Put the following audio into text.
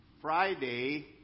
Friday